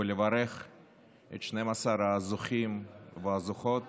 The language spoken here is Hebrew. ולברך את 12 הזוכים והזוכות